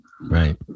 Right